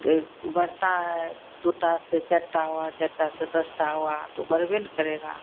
तो ऊ बढ़ता है दुटा से चट्टा हुआ चट्टा से दशटा हुआ तो बरबे ना करेगा